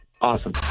Awesome